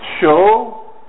show